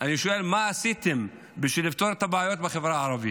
אני שואל: מה עשיתם בשביל לפתור את הבעיות בחברה הערבית?